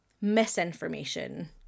misinformation